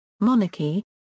Monarchy